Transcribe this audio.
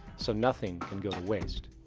so nothing can go to waste.